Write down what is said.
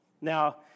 now